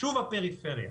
שוב הפריפריה.